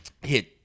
hit